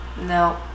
No